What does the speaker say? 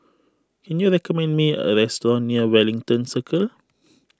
can you recommend me a restaurant near Wellington Circle